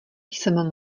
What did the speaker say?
jsem